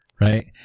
Right